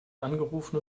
angerufen